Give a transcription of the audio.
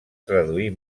traduir